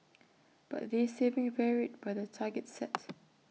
but this saving varied by the targets set